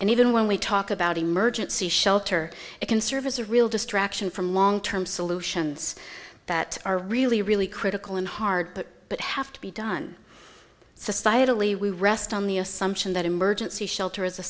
and even when we talk about emergency shelter it can serve as a real distraction from long term solutions that are really really critical and hard but have to be done societal ie we rest on the assumption that emergency shelter is a